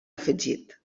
afegit